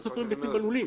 לא סופרים ביצים בלולים.